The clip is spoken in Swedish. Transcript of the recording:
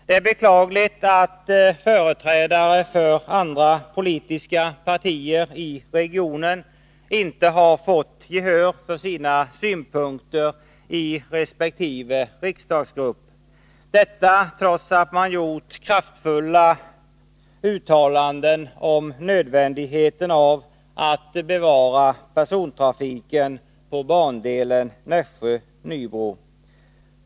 Det är beklagligt att företrädare för andra politiska partier i regionen inte har fått gehör för sina synpunkter i resp. riksdagsgrupp — detta trots att man gjort kraftfulla uttalanden om nödvändigheten av att bevara persontrafiken på bandelen Nässjö-Nybro.